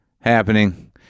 Happening